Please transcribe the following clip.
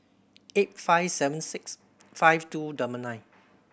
eight five seven six five two double nine